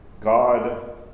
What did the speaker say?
God